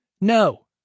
No